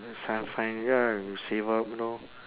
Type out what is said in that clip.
some find ya save up you know